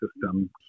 system